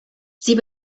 sie